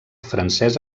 francès